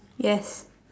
yes